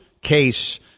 case